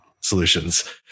solutions